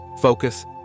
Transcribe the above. focus